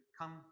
come